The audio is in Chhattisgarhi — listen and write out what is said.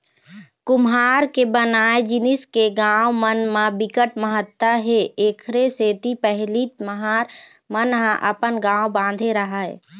कुम्हार के बनाए जिनिस के गाँव मन म बिकट महत्ता हे एखरे सेती पहिली महार मन ह अपन गाँव बांधे राहय